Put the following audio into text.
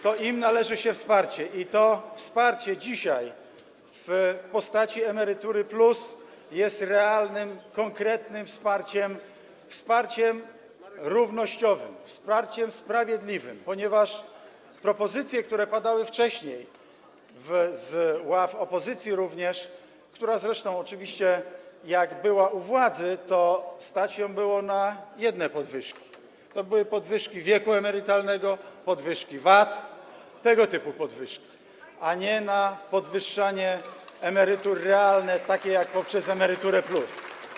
To im należy się wsparcie i to wsparcie dzisiaj, w postaci „Emerytury+”, jest realnym, konkretnym wsparciem, wsparciem równościowym, wsparciem sprawiedliwym, ponieważ propozycje, które padały wcześniej, również z ław opozycji, która zresztą oczywiście jak była u władzy, to stać ją było na jedne podwyżki: podwyżki wieku emerytalnego, podwyżki VAT - tego typu podwyżki, a nie na realne podwyższanie emerytur, jak to się dzieje poprzez „Emeryturę+”